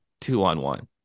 two-on-one